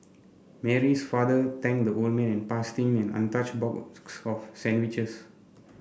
Mary's father thanked the old man passed him an untouched box of sandwiches